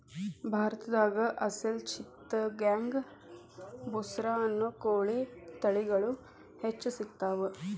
ಭಾರತದಾಗ ಅಸೇಲ್ ಚಿತ್ತಗಾಂಗ್ ಬುಸ್ರಾ ಅನ್ನೋ ಕೋಳಿ ತಳಿಗಳು ಹೆಚ್ಚ್ ಸಿಗತಾವ